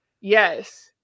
Yes